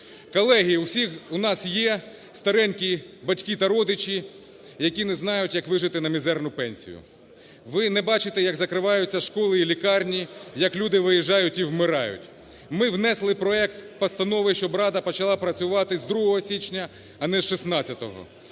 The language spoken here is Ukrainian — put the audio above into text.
Колеги, у всіх у нас є старенькі батьки та родичі, які не знають як вижити на мізерну пенсію. Ви не бачите як закриваються школи і лікарні, як люди виїжджають і вмирають. Ми внесли проект постанови, щоб рада почала працювати з 2 січня, а не з 16.